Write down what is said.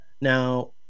Now